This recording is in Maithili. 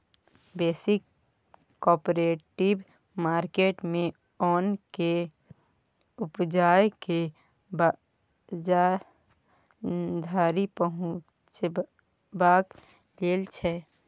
बेसी कॉपरेटिव मार्केट मे ओन केँ उपजाए केँ बजार धरि पहुँचेबाक लेल छै